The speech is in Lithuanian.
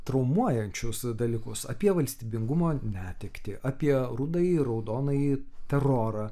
traumuojančius dalykus apie valstybingumo netektį apie rudąjį raudonąjį terorą